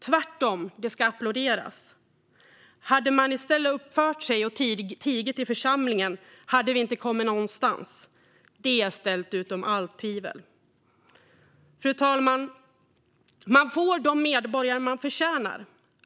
Tvärtom ska det applåderas. Hade man i stället uppfört sig och tigit i församlingen hade vi inte kommit någonstans. Det är ställt utom allt tvivel. Fru talman! Man får de medborgare man förtjänar.